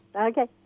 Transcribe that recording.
Okay